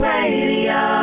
Radio